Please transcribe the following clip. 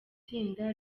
tsinda